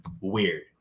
Weird